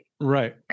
right